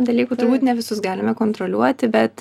dalykų turbūt ne visus galime kontroliuoti bet